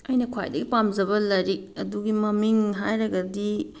ꯑꯩꯅ ꯈ꯭ꯋꯥꯏꯗꯒꯤ ꯄꯥꯝꯖꯕ ꯂꯥꯏꯔꯤꯛ ꯑꯗꯨꯒꯤ ꯃꯃꯤꯡ ꯍꯥꯏꯔꯒꯗꯤ